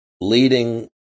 leading